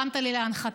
הרמת לי להנחתה.